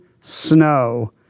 snow